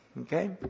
Okay